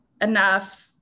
enough